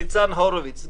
ניצן הורביץ,